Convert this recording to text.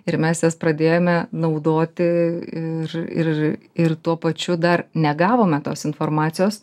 ir mes jas pradėjome naudoti ir ir ir tuo pačiu dar negavome tos informacijos